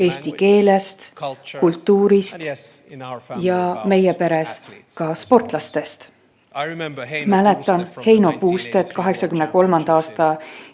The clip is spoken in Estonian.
eesti keelest, kultuurist ja meie peres ka sportlastest. Mäletan Heino Puustet 1983. aasta